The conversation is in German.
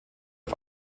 auf